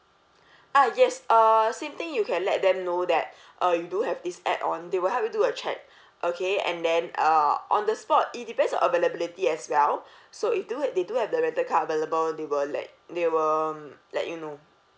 ah yes uh same thing you can let them know that uh you do have this add on they will help you do a check okay and then uh on the spot it depends on availability as well so if do have they do have the rental car available they will let they will let you know